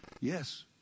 Yes